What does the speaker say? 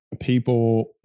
people